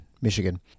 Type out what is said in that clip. Michigan